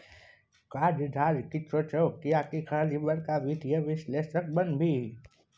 काज धाज किछु छौ आकि खाली बड़का वित्तीय विश्लेषक बनभी